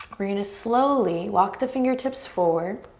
we're gonna slowly walk the fingertips forward.